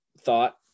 thought